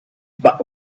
but